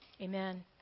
Amen